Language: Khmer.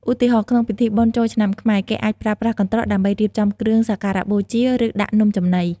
ឧទាហរណ៍ ក្នុងពិធីបុណ្យចូលឆ្នាំខ្មែរ គេអាចប្រើប្រាស់កន្ត្រកដើម្បីរៀបចំគ្រឿងសក្ការៈបូជា ឬដាក់នំចំណី។